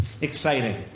exciting